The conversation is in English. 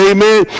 Amen